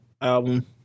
album